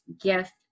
gift